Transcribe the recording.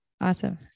Awesome